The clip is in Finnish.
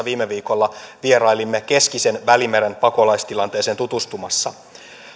viime viikolla vierailimme keskisen välimeren pakolaistilanteeseen tutustumassa